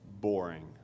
boring